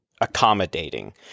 accommodating